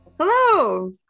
Hello